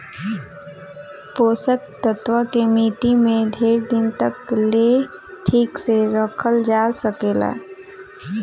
पोषक तत्व के माटी में ढेर दिन तक ले ठीक से रखल जा सकेला